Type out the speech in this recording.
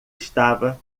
estava